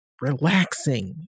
relaxing